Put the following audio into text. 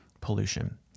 pollution